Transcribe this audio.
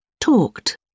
Talked